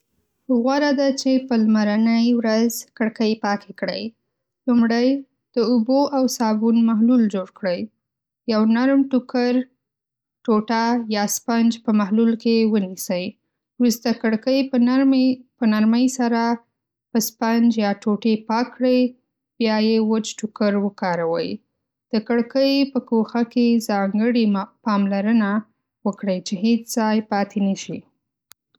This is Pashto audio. غوره ده چې په لمرنی ورځ کړکۍ پاکې کړئ. لومړی، د اوبو او صابون محلول جوړ کړئ. یو نرم ټوکر یا سپنج په محلول کې ونیسئ. وروسته کړکۍ په نرمۍ سره په سپنج یا ټوټې پاک کړئ، بیا یې وچ ټوکر وکاروئ. د کړکۍ په ګوښه کې ځانګړې پاملرنه وکړئ چې هیڅ ځای پاتې نه شي.